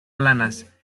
planas